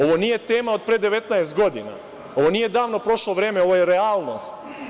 Ovo nije tema od pre 19 godina, ovo nije davno prošlo vreme, ovo je realnost.